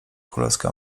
królewska